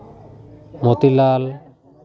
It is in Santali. ᱢᱚᱛᱤᱞᱟᱞ